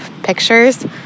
Pictures